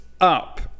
up